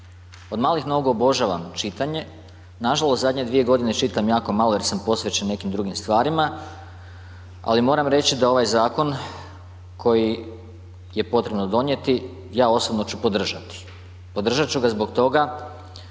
Od malih nogu obožavam čitanje, nažalost zadnje dvije godine čitam jako malo jer sam posvećen nekim drugim stvarima, ali moram reći da ovaj zakon koji je potrebno donijeti ja osobno ću podržati. Podržat ću ga zbog toga